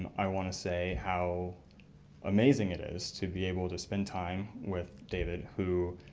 i wanna say how amazing it is to be able to spend time with david who